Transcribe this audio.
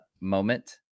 moment